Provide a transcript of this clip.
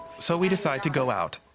so we decide to go out.